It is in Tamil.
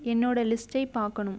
என்னோட லிஸ்ட்டை பார்க்கணும்